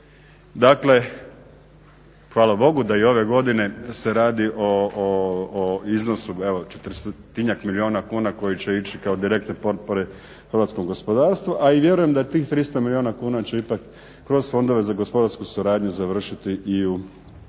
Dakle, hvala Bogu da i ove godine se radi o iznosu evo 400-njak milijuna kuna koji će ići kao direktne potpore hrvatskom gospodarstvu, a i vjerujem da tih 300 milijuna kuna će ipak kroz fondove za gospodarsku suradnju završiti i u pravim